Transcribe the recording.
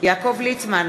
יעקב ליצמן,